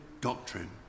doctrine